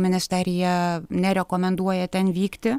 ministerija nerekomenduoja ten vykti